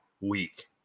week